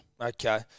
Okay